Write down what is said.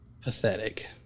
pathetic